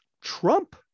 Trump